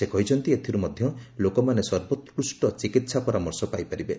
ସେ କହିଛନ୍ତି ଏଥିରୁ ମଧ୍ୟ ଲୋକମାନେ ସର୍ବୋକୃଷ୍ଟ ଚିକିତ୍ସା ପରାମର୍ଶ ପାଇପାରିବେ